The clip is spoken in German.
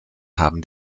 haben